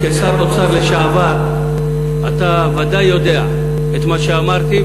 כשר אוצר לשעבר אתה ודאי יודע את מה שאמרתי,